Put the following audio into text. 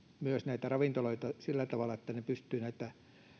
myös näitä ravintoloita sillä tavalla että ne pystyvät näitä